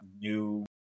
new